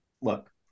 Look